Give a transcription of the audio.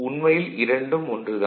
உண்மையில் இரண்டும் ஒன்று தான்